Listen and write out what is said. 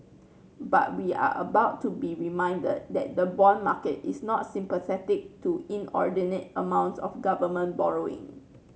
but we are about to be reminded that the bond market is not sympathetic to inordinate amounts of government borrowing